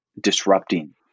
disrupting